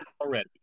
already